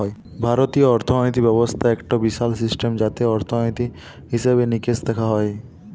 ভারতীয় অর্থিনীতি ব্যবস্থা একটো বিশাল সিস্টেম যাতে অর্থনীতি, হিসেবে নিকেশ দেখা হয়